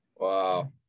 Wow